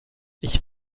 ich